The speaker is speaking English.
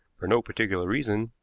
for no particular reason,